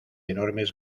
enormes